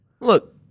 Look